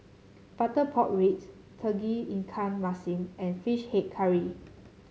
Butter Pork Ribs Tauge Ikan Masin and fish head curry